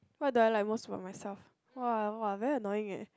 what do I like most about myself !wah! !wah! very annoying leh